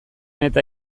eta